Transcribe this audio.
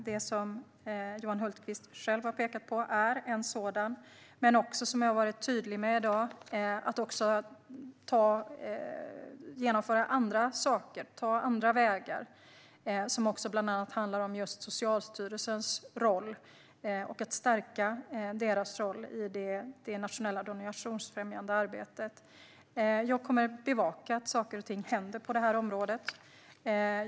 Det Johan Hultberg har pekat på är en sådan, men som jag har varit tydlig med i dag handlar det också om att genomföra andra saker och ta andra vägar. Bland annat handlar det om just Socialstyrelsens roll och att stärka den i det nationella donationsfrämjande arbetet. Jag kommer att bevaka att saker och ting händer på området.